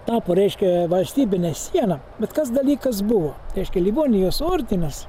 tapo reiškia valstybine siena bet kas dalykas buvo reiškia livonijos ordinas